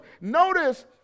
Notice